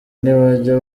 ntibajya